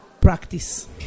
practice